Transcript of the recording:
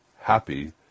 happy